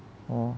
orh